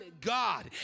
God